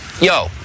Yo